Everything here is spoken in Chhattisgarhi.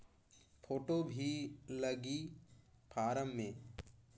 फ़ोटो भी लगी फारम मे?